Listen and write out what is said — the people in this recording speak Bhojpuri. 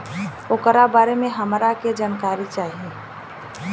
ओकरा बारे मे हमरा के जानकारी चाही?